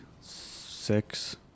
six